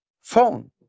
phone